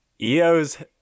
EO's